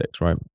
right